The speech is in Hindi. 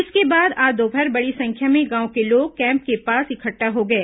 इसके बाद आज दोपहर बड़ी संख्या में गांव के लोग कैम्प के पास इकट्ठा हो गए